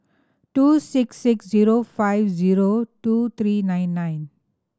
two six six zero five zero two three nine nine